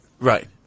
Right